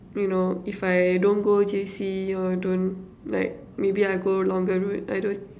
you know if I don't go J_C you're don't like maybe I go longer route I don't